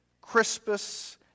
Crispus